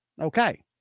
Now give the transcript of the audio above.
Okay